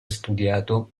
studiato